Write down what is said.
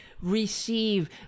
receive